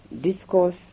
discourse